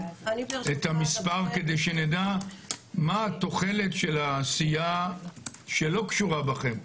כדי שנדע מה התוחלת של העשייה שלא קשורה בכם?